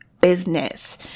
business